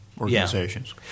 organizations